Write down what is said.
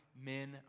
men